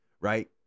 right